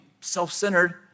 self-centered